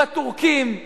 עם הטורקים,